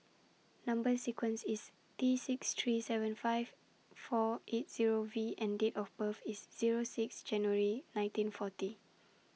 Number sequence IS T six three seven five four eight Zero V and Date of birth IS Zero six January nineteen forty